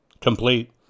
complete